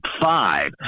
five